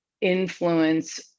influence